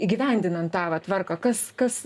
įgyvendinant tą va tvarką kas kas